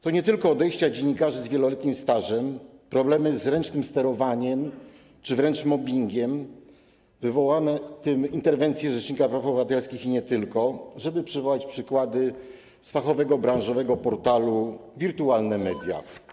To nie tylko odejścia dziennikarzy z wieloletnim stażem, problemy z ręcznym sterowaniem czy wręcz mobbingiem, wywołane tym interwencje rzecznika praw obywatelskich i nie tylko, żeby przywołać przykłady z fachowego branżowego portalu „Wirtualne Media”